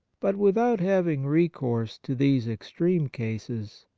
but without having recourse to these extreme cases,